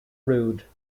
rude